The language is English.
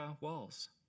Walls